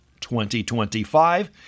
2025